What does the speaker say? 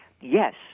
Yes